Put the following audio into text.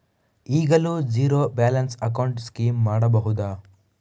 ಈಗಲೂ zero balance account scheme ಮಾಡಬಹುದಾ?